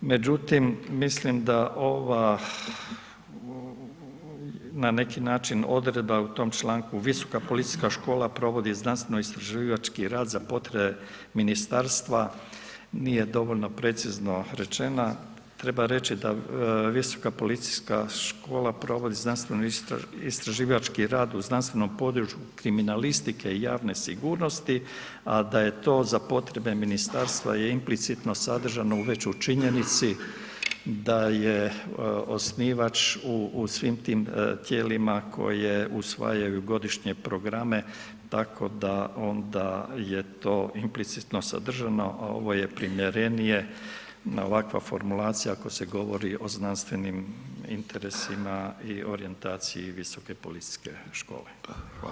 Međutim, mislim da ova, na neki način odredba u tom članku, Visoka policijska škola provodi znanstveno istraživački rad za potrebe ministarstva, nije dovoljno precizno rečena, treba reći da Visoka policijska škola provodi znanstveno istraživački rad u znanstvenom području kriminalistike i javne sigurnosti, a da je to za potrebe ministarstva je implicitno sadržano već u činjenici da je osnivač u svim tim tijelima koje usvajaju godišnje programe, tako da onda je to implicitno sadržano, a ovo je primjerenije na ovakva formulacija ako se govori o znanstvenim interesima i orijentaciji Visoke policijske škole.